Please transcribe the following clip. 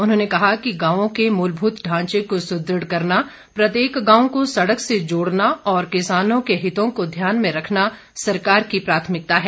उन्होंने कहा कि गांवों के मूलभूत ढांचे को सुदृढ़ करना प्रत्येक गांव को सड़क से जोड़ना और किसानों के हितों को ध्यान में रखना सरकार की प्राथमिकता है